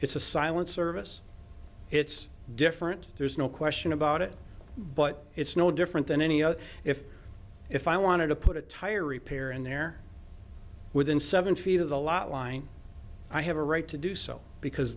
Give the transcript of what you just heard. it's a silent service it's different there's no question about it but it's no different than any other if if i wanted to put a tire repair in there within seven feet of the lot line i have a right to do so because